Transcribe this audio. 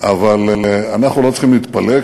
אבל אנחנו לא צריכים להתפלא,